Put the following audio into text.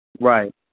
right